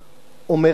אומרת כך: